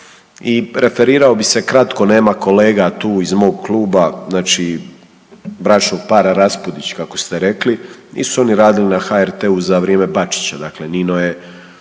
I referirao bih se kratko, nema kolega tu iz mog kluba, znači bračnog para Raspudić kako ste rekli, nisu oni radili na HRT-u za vrijeme Bačića. Dakle, Nino je